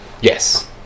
Yes